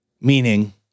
meaning